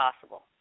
possible